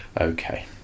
Okay